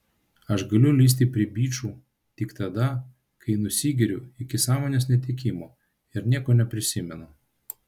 aš galiu lįsti prie bičų tik tada kai nusigeriu iki sąmonės netekimo ir nieko neprisimenu